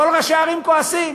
כל ראשי הערים כועסים.